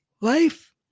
life